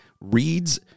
reads